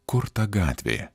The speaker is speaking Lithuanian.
kur ta gatvė